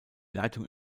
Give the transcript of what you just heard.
leitung